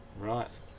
Right